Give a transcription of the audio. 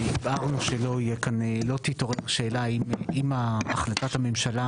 והבהרנו שלא תתעורר שאלה אם החלטת הממשלה